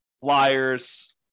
flyers